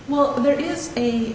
well there is a